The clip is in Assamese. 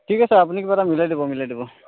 ঠিক আছে আপুনি কিবা এটা মিলাই দিব মিলাই দিব